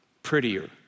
prettier